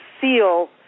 seal